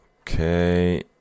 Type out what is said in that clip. Okay